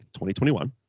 2021